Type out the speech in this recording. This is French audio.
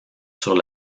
sur